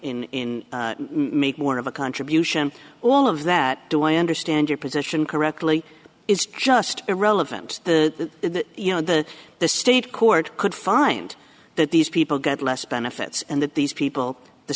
make more of a contribution all of that do i understand your position correctly is just irrelevant the the the state court could find that these people get less benefits and that these people the